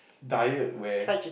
diet where